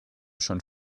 schon